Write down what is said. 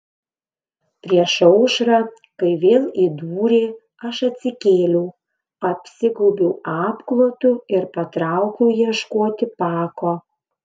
prieš aušrą kai vėl įdūrė aš atsikėliau apsigaubiau apklotu ir patraukiau ieškoti pako